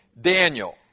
Daniel